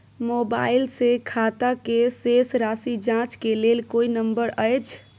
Mobile से खाता के शेस राशि जाँच के लेल कोई नंबर अएछ?